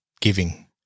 giving